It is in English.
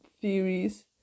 theories